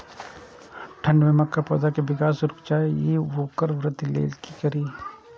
ठंढ में मक्का पौधा के विकास रूक जाय इ वोकर वृद्धि लेल कि करी?